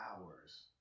hours